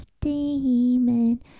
demon